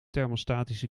thermostatische